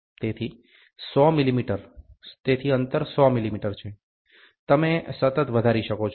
તેથી 100 મિલિમીટર તેથી અંતર 100 મિલીમીટર છે તમે સતત વધારી શકો છો